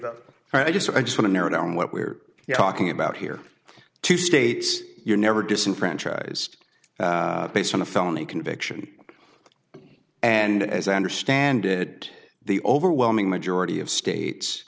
the i just i just want narrow down what we're talking about here two states you never disenfranchised based on a felony conviction and as i understand it the overwhelming majority of states